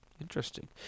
Interesting